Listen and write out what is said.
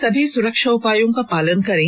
सभी सुरक्षा उपायों का पालन करें